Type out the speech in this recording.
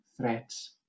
threats